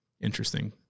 interesting